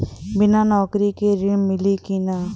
बिना नौकरी के ऋण मिली कि ना?